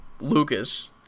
Lucas